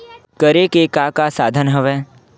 करे के का का साधन हवय?